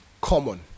common